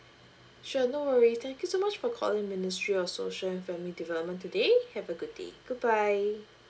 sure no worries thank you so much for calling ministry of social and family development today have a good day goodbye